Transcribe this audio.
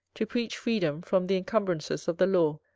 to preach freedom from the incumbrances of the law,